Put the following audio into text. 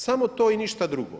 Samo to i ništa drugo.